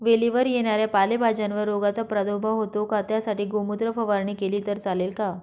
वेलीवर येणाऱ्या पालेभाज्यांवर रोगाचा प्रादुर्भाव होतो का? त्यासाठी गोमूत्र फवारणी केली तर चालते का?